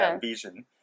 vision